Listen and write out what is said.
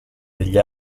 degli